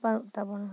ᱵᱟᱹᱱᱩᱜ ᱛᱟᱵᱚᱱᱟ